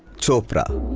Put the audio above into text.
chopra!